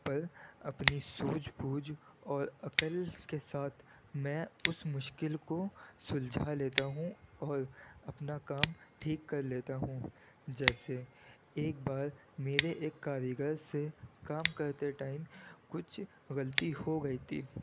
پر اپنی سوجھ بوجھ اور عقل کے ساتھ میں اس مشکل کو سلجھا لیتا ہوں اور اپنا کام ٹھیک کر لیتا ہوں جیسے ایک بار میرے ایک کاریگر سے کام کرتے ٹائم کچھ غلطی ہو گئی تھی